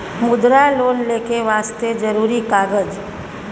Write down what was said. मुद्रा लोन लेके वास्ते जरुरी कागज?